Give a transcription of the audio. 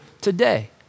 today